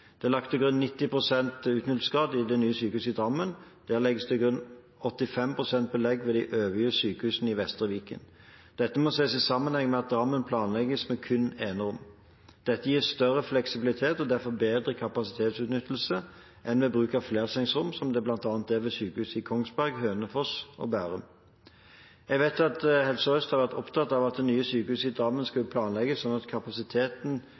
det er lagt til grunn 90 pst. utnyttelsesgrad ved det nye sykehuset i Drammen, legges det til grunn 85 pst. belegg ved de øvrige sykehusene i Vestre Viken. Dette må ses i sammenheng med at det i Drammen planlegges med kun enerom. Dette gir større fleksibilitet og derfor bedre kapasitetsutnyttelse enn ved bruk av flersengsrom, som det bl.a. er ved sykehusene i Kongsberg, Hønefoss og Bærum. Jeg vet at Helse Sør-Øst har vært opptatt av at det nye sykehuset i Drammen skulle planlegges slik at kapasiteten